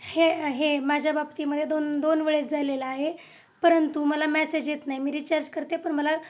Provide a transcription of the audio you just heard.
हे हे माझ्या बाबतीमध्ये दोन दोन वेळेस झालेलं आहे परंतु मला मॅसेज येत नाही मी रिचार्ज करते पण मला